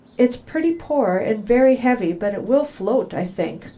it's pretty poor and very heavy, but it will float, i think,